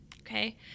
Okay